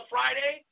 Friday